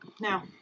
now